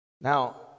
Now